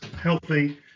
healthy